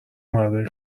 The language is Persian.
مردای